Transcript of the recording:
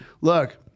Look